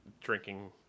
drinking